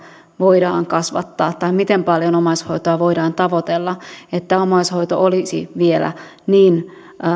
voidaan kasvattaa tai miten paljon omaishoitoa voidaan tavoitella että omaishoito olisi vielä